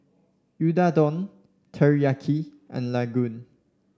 Unadon Teriyaki and Ladoo